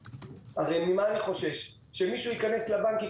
- הרי ממה אני חושש שמישהו ייכנס לבנק,